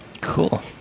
cool